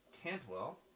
Cantwell